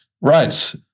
right